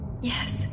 Yes